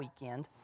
weekend